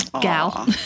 gal